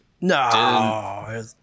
No